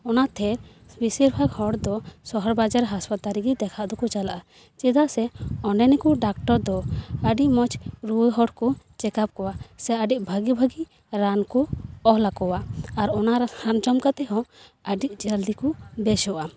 ᱚᱱᱟᱛᱮ ᱵᱤᱥᱤᱨ ᱵᱷᱟᱜ ᱦᱚᱲᱫᱚ ᱥᱚᱦᱚᱨ ᱵᱟᱡᱟᱨ ᱦᱟᱥᱯᱟᱛᱟᱞ ᱨᱮᱜᱮ ᱫᱮᱠᱷᱟᱜ ᱫᱚᱠᱚ ᱪᱟᱞᱟᱜᱼᱟ ᱪᱮᱫᱟᱜ ᱥᱮ ᱚᱸᱰᱮᱱ ᱠᱚ ᱰᱟᱠᱴᱚᱨ ᱫᱚ ᱟᱹᱰᱤ ᱢᱚᱡᱽ ᱨᱩᱣᱟᱹ ᱦᱚᱲ ᱠᱚ ᱪᱮᱠᱟᱯ ᱠᱚᱣᱟ ᱥᱮ ᱟᱹᱰᱤ ᱵᱷᱟᱹᱜᱮ ᱵᱷᱟᱹᱜᱮ ᱨᱟᱱ ᱠᱚ ᱚᱞ ᱟᱠᱚᱣᱟ ᱟᱨ ᱚᱱᱟ ᱨᱟᱱ ᱡᱚᱢ ᱠᱟᱛᱮᱫ ᱦᱚᱸ ᱟᱹᱰᱤ ᱡᱚᱞᱫᱤ ᱠᱚ ᱵᱮᱥᱚᱜᱼᱟ